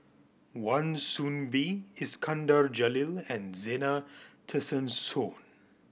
Wan Soon Bee Iskandar Jalil and Zena Tessensohn